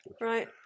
Right